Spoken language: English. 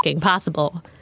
possible